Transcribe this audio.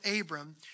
Abram